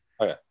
okay